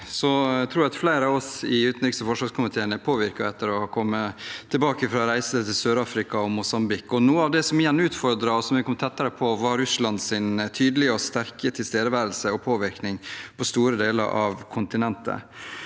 Jeg tror flere av oss i utenriks- og forsvarskomiteen er påvirket etter å ha kommet tilbake fra reisen til SørAfrika og Mosambik. Noe av det som igjen utfordret oss, og som vi kom tettere på, var Russlands tydelige og sterke tilstedeværelse og påvirkning på store deler av kontinentet.